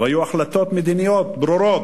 והיו החלטות מדיניות ברורות: